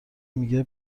میگه